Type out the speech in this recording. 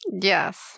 Yes